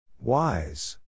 wise